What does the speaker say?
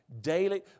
daily